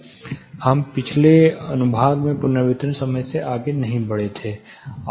हम पिछले अनुभाग में पुनर्वितरण समय के आगे नहीं पढ़ा था